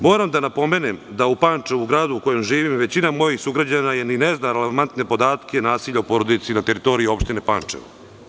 Moram da napomenem da u Pančevu, u gradu u kojem živim, većina mojih sugrađana ni ne zna alarmantne podatke nasilja u porodici na teritoriji opštine Pančevo.